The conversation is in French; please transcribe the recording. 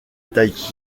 taille